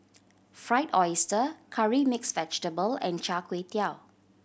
Fried Oyster Curry Mixed Vegetable and Char Kway Teow